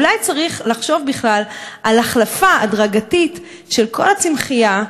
אולי צריך לחשוב בכלל על החלפה הדרגתית של כל הצמחייה,